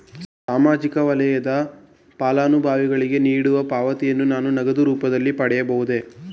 ಸಾಮಾಜಿಕ ವಲಯದ ಫಲಾನುಭವಿಗಳಿಗೆ ನೀಡುವ ಪಾವತಿಯನ್ನು ನಾನು ನಗದು ರೂಪದಲ್ಲಿ ಪಡೆಯಬಹುದೇ?